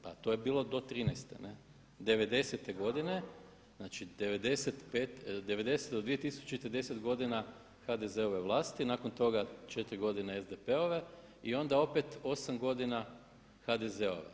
Pa to je bilo do 2013., 90.te godine znači 1990. do 2010. 10 godina HDZ-ove vlasti, nakon toga 4 godine SDP-ove i onda opet 8 godina HDZ-ova.